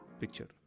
picture